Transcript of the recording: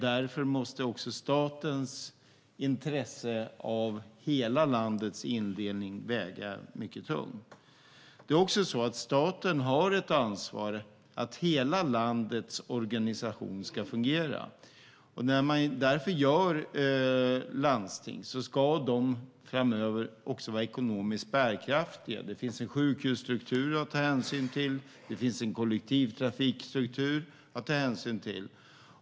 Därför måste också statens intresse av hela landets indelning väga mycket tungt. Staten har ett ansvar för att hela landets organisation ska fungera. När man skapar landsting ska de framöver också vara ekonomiskt bärkraftiga. Det finns en sjukhusstruktur att ta hänsyn till, och det finns en kollektivtrafikstruktur att ta hänsyn till.